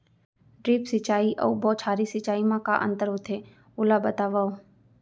Drip सिंचाई अऊ बौछारी सिंचाई मा का अंतर होथे, ओला बतावव?